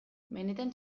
benetan